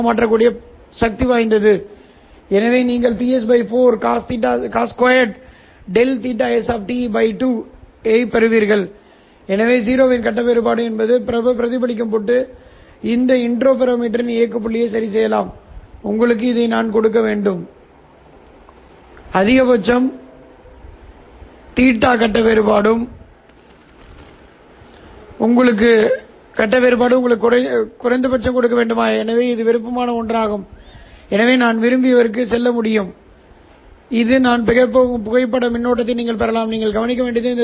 கட்டம் மற்றும் இருபடி கூறுகளைப் பெறுவதற்காக அவற்றைச் சேர்ப்பதால் இந்த c ஐ நான் உண்மையில் பிரித்தெடுக்க முடியும் இது சிக்கலான உறை ஆகும் இது பண்பேற்றம் சமிக்ஞை சிக்கலான வீச்சுகளைப் பயன்படுத்தினோம் இதை நீங்கள் பிரித்தெடுக்க முடியும் c dc சொல் அகற்ற நான் என்ன செய்ய முடியும் என்று இந்த dc சொல் எப்படி இருக்கிறது என்பதை நீங்கள் ஒரு கூடுதல் கேள்வியைக் கேட்கலாம் ஆம் நாங்கள் இங்கே புறக்கணித்த இந்த வார்த்தையை நீங்கள் பார்த்தால் உண்மையில் இருக்கிறது